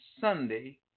Sunday